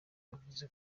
yavuze